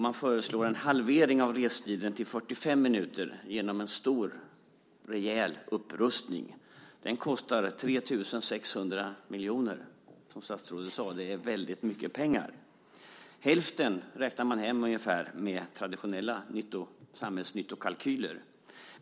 Man föreslår en halvering av restiden till 45 minuter genom en stor rejäl upprustning. Den kostar 3 600 miljoner. Som statsrådet sade är det väldigt mycket pengar. Man räknar hem ungefär hälften med traditionella samhällsnyttokalkyler.